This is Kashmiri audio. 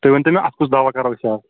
تُہۍ ؤنۍتَو مےٚ اَتھ کُس دوا کرو أسۍ حظ